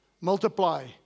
multiply